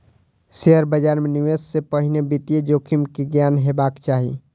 share बाजार मे निवेश से पहिने वित्तीय जोखिम के ज्ञान हेबाक चाही